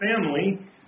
family